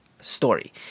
story